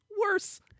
worse